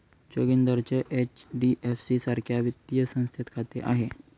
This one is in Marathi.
जोगिंदरचे एच.डी.एफ.सी सारख्या वित्तीय संस्थेत खाते आहे